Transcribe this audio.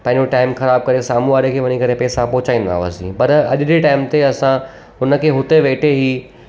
पहिरियों टाइम ख़राबु करे साम्हूं वारे खे वञी करे पैसा पहुचाईंदा हुआसीं पर अॼु जे टाइम ते असां हुन खे हुते वेठे ई